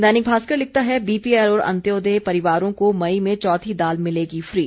दैनिक भास्कर लिखता है बीपीएल और अंत्योदय परिवारों को मई में चौथी दाल मिलेगी फी